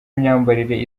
imyambarire